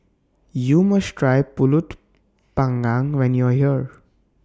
YOU must Try Pulut Panggang when YOU Are here